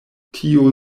tio